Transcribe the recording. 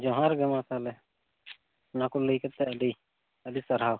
ᱡᱚᱦᱟᱨ ᱜᱮ ᱢᱟᱛᱟᱦᱚᱞᱮ ᱚᱱᱟᱠᱚ ᱞᱟᱹᱭ ᱠᱷᱟᱹᱛᱤᱨ ᱟᱹᱰᱤ ᱟᱹᱰᱤ ᱥᱟᱨᱦᱟᱣ